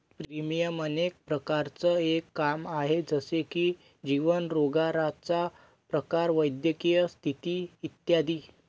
premium अनेक प्रकारांचं एक काम आहे, जसे की जीवन, रोजगाराचा प्रकार, वैद्यकीय स्थिती इत्यादी